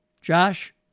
Josh